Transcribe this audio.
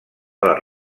les